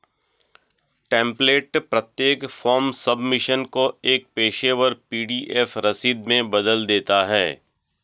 template प्रत्येक form submission को एक पेशेवर पी.डी.एफ रसीद में बदल देता है